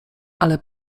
ale